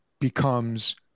becomes